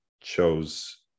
chose